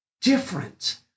different